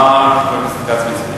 מה חבר הכנסת כץ מציע?